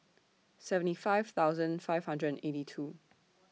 seventy five thousand five hundred and eighty two